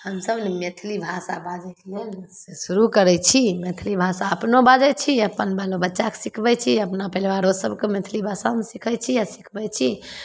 हमसभ ने मैथिली भाषा बाजैके लेल शुरू करै छी मैथिली भाषा अपनो बाजै छी अपन बालो बच्चाके सिखबै छी अपना पलिवारो सभके मैथिली भाषा हम सिखै छी आओर सिखबै छी